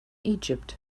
egypt